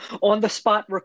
on-the-spot